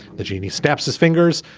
the genie snaps his fingers,